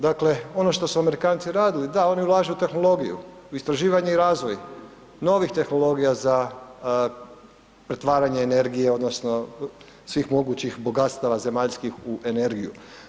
Dakle, ono što su Amerikanci radili, da oni ulažu u tehnologiju, u istraživanje i razvoj novih tehnologija za pretvaranje energije odnosno svih mogućih bogatstava zemaljskih u energiju.